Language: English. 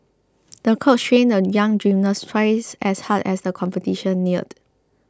the coach trained the young gymnast twice as hard as the competition neared